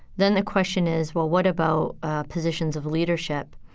then the question is, well, what about positions of leadership?